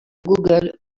google